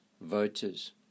voters